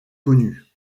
connues